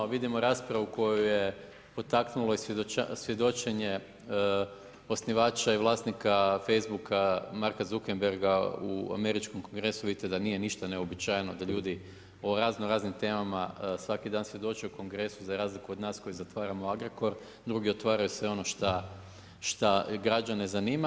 Vidimo raspravu koju je potaknulo i svjedočenje osnivača i vlasnika Facebook-a Marka Zuckenberga u američkom kongresu, vidite da nije ništa neuobičajeno da ljudi o razno-raznim temama svaki dan svjedoče u Kongresu, za razliku od nas koji zatvaramo Agrokor, drugi otvaraju sve ono što građane zanima.